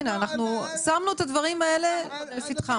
שמנו את הדברים האלה לפתחם.